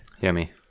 Yummy